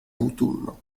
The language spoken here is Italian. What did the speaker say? autunno